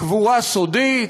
קבורה סודית,